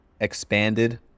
expanded